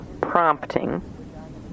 prompting